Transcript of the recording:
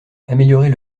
améliorer